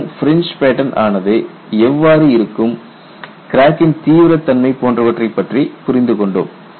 மேலும் fringe pattern ஆனது எவ்வாறு இருக்கும் கிராக்கின் தீவிரத் தன்மை போன்றவற்றைப் பற்றி புரிந்து கொண்டோம்